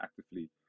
actively